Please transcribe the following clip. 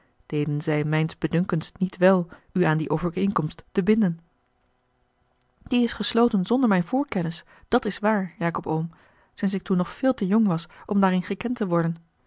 deden zij mijns bedunkens niet wel u aan die overeenkomst te binden die is gesloten zonder mijne voorkennis dat is waar jacob oom sinds ik toen nog veel te jong was om daarin gekend te worden